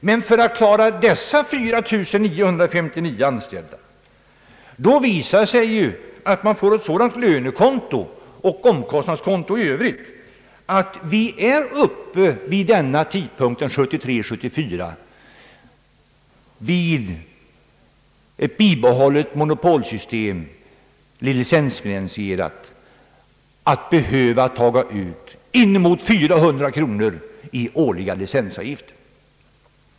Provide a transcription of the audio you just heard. Men om man skall klara dessa 4 959 anställda får man ett sådant lönekonto och ett sådant omkostnadskonto i övrigt att man 1973/74 — om det licensfinansierade monopolsystemet bibehålls — måste ta ut inemot 400 kronor i årlig licensavgift.